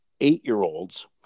eight-year-olds